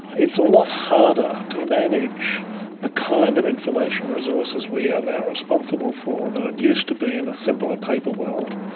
it's a lot harder to manage the kind of information resources we are now responsible for than it used to be in a simpler paper world,